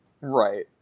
Right